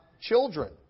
children